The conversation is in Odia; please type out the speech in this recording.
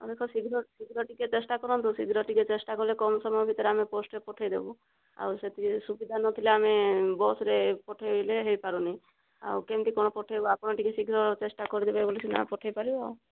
ଆଉ ଦେଖ ଶୀଘ୍ର ଟିକେ ଶୀଘ୍ର ଟିକେ ଚେଷ୍ଟା କରନ୍ତୁ ଶୀଘ୍ର ଟିକେ ଚେଷ୍ଟା କଲେ କମ ସମୟ ଭିତରେ ଆମେ ପୋଷ୍ଟରେ ପଠେଇ ଦେବୁ ଆଉ ସେତିକି ସୁବିଧା ନଥିଲେ ଆମେ ବସରେ ପଠେଇଲେ ହୋଇ ପାରୁନି ଆଉ କେମିତି କ'ଣ ପଠେଇବୁ ଆପଣ ଟିକେ ଶୀଘ୍ର ଚେଷ୍ଟା କରିଦେବେ ବୋଇଲେ ସିନା ପଠେଇ ପାରିବା